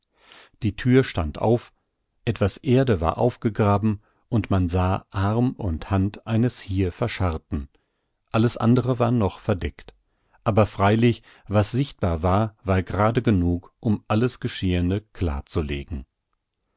die thür stand auf etwas erde war aufgegraben und man sah arm und hand eines hier verscharrten alles andre war noch verdeckt aber freilich was sichtbar war war gerade genug um alles geschehene klar